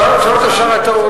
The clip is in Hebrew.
שרה שם את "הרעות".